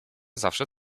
zawsze